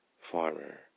farmer